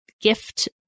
gift